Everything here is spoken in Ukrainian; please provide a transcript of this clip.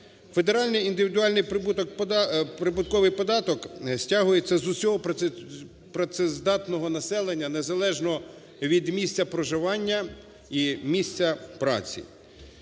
Федеральний індивідуальний прибутковий податок стягується з усього працездатного населення, незалежно від місця проживання і місця праці.